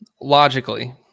logically